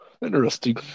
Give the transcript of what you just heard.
Interesting